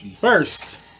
First